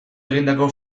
egindako